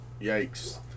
yikes